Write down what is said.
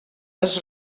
les